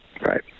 Right